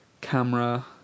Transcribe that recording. Camera